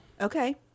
Okay